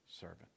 servant